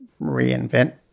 reinvent